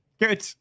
Good